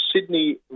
Sydney